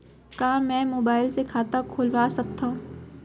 का मैं मोबाइल से खाता खोलवा सकथव?